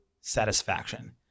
satisfaction